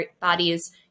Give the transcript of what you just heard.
bodies